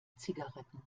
zigaretten